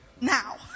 now